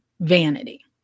vanity